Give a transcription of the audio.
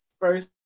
first